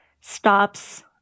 stops